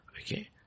Okay